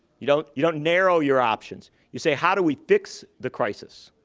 you don't you don't narrow your options. you say, how do we fix the crisis?